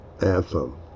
anthem